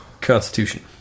constitution